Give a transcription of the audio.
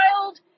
child